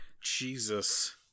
jesus